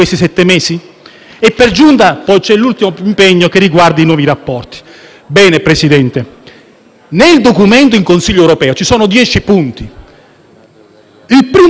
nel documento in Consiglio europeo ci sono dieci punti, il primo dei quali era stato portato all'attenzione di questo Parlamento dal rapporto dei Servizi di sicurezza che lei stesso ha firmato poche settimane fa.